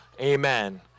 Amen